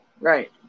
Right